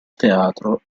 teatro